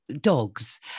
dogs